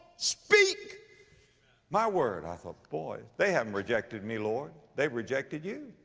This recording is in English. speak my word. i thought boy, they haven't rejected me lord, they've rejected you.